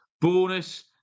bonus